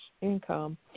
income